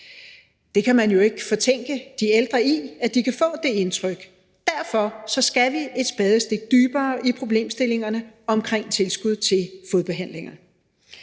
Man kan jo ikke fortænke de ældre i, at de kan få det indtryk. Derfor skal vi et spadestik dybere i problemstillingerne omkring tilskud til fodbehandling.